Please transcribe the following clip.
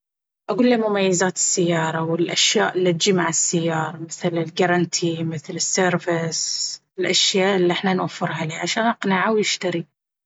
أقول ليه مميزات السيارة والأشياء الا تجي مع السيارة مثل الغرنتي مثل السيرفس… الأشياء الا احنا نوفرها ليه عشان أقنعه ويشتريه.